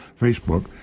Facebook